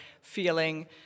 feeling